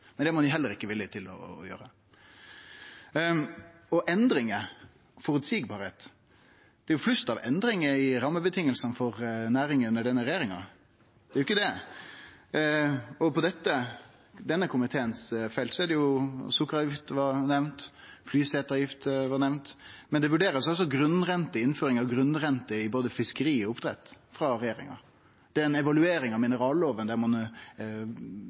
men det er ein heller ikkje villig til å gjere. Når det gjeld endringar – det føreseielege – er det jo flust av endringar i rammevilkåra for næring under denne regjeringa. På denne komiteens felt har sukkeravgifta og flyseteavgifta blitt nemnde, men regjeringa vurderer altså å innføre grunnrente innan både fiskeri og oppdrett. Det er ei evaluering av minerallova der ein